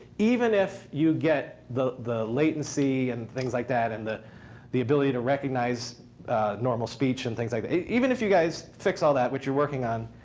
even if you get the the latency and things like that and the the ability to recognize normal speech and things like that, even if you guys fix all that, which you're working on,